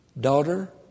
Daughter